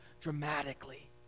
dramatically